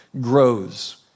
grows